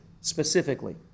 specifically